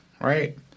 right